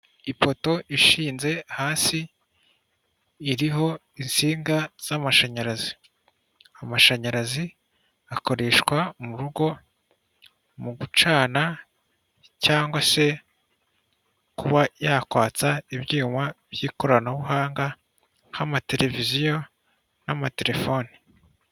Ipoto ishinze hasi iriho insinga z'amashanyarazi. Amashanyarazi akoreshwa mu rugo mu gucana cg se kuba yakwatsa ibyuma by'ikoranabuhanga, nk'amateleviziyo n'amatelefoni.